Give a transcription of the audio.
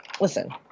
Listen